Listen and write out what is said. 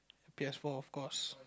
P_S-four of course